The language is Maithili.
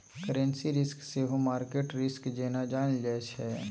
करेंसी रिस्क सेहो मार्केट रिस्क जेना जानल जाइ छै